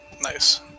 Nice